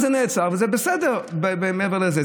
כאן זה נעצר, וזה בסדר מעבר לזה.